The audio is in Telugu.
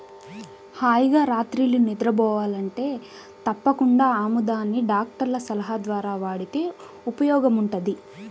హాయిగా రాత్రిళ్ళు నిద్రబోవాలంటే తప్పకుండా ఆముదాన్ని డాక్టర్ల సలహా ద్వారా వాడితే ఉపయోగముంటది